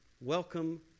Welcome